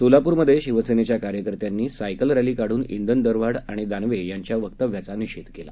सोलाप्रमधे शिवसेनेच्या कार्यकर्त्यांनी cycle rally काढून इंधन दरवाढ आणि दानवे यांच्या वक्तव्याचा निषेध केला